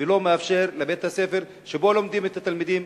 ולא מאפשר לבית-הספר שבו לומדים התלמידים,